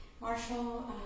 Marshall